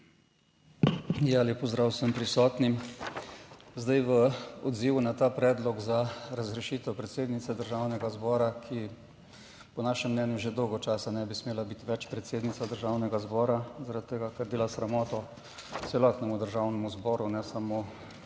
Ja, lep pozdrav vsem prisotnim! Zdaj v odzivu na ta predlog za razrešitev predsednice Državnega zbora, ki po našem mnenju že dolgo časa ne bi smela biti več predsednica Državnega zbora zaradi tega, ker dela sramoto celotnemu Državnemu zboru, ne samo